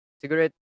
cigarette